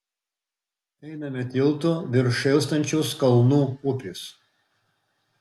einame tiltu virš šėlstančios kalnų upės